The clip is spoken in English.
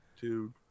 dude